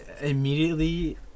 Immediately